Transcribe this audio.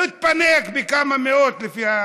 הוא התפנק בכמה מאות, לפי הסיפורים.